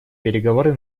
переговоры